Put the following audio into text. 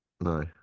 no